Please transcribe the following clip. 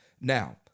Now